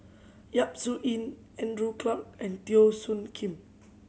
Yap Su Yin Andrew Clarke and Teo Soon Kim